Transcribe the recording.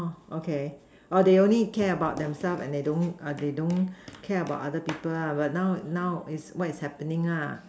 okay or they only care about themselves and they don't uh they don't care about other people lah but now now what is happening ah